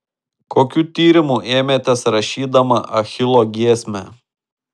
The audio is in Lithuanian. kokių tyrimų ėmėtės rašydama achilo giesmę